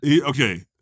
Okay